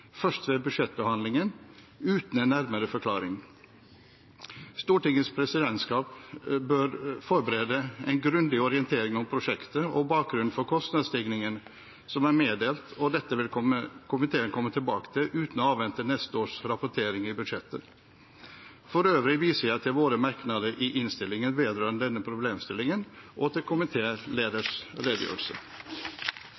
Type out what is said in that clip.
først ved budsjettbehandlingen – uten en nærmere forklaring. Stortingets presidentskap bør forberede en grundig orientering om prosjektet og bakgrunnen for kostnadsstigningen som er meddelt, og dette vil komiteen komme tilbake til uten å avvente neste års rapportering i budsjettet. For øvrig viser jeg til våre merknader i innstillingen vedrørende denne problemstillingen, og til komitéleders redegjørelse.